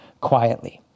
quietly